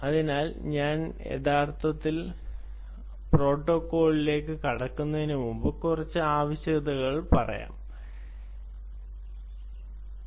അതിനാൽ ഞാൻ യഥാർത്ഥത്തിൽ പ്രോട്ടോക്കോളിലേക്ക് കടക്കുന്നതിന് മുമ്പ് കുറച്ച് ആവശ്യകതകൾ ഞാൻ പറയും